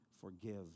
forgive